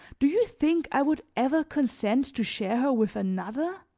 do you think i would ever consent to share her with another?